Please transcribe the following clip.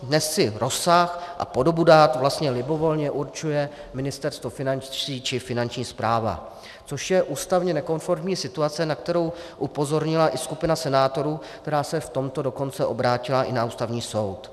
Dnes si rozsah a podobu dat vlastně libovolně určuje Ministerstvo financí či Finanční správa, což je ústavně nekonformní situace, na kterou upozornila i skupina senátorů, která se v tomto dokonce obrátila i na Ústavní soud.